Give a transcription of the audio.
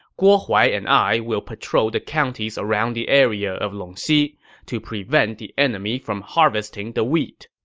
guo huai and i will patrol the counties around the area of longxi to prevent the enemy from harvesting the wheat.